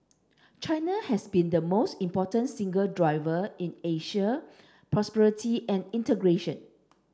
China has been the most important single driver in Asia's prosperity and integration